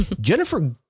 Jennifer